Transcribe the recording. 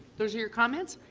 those are your comments.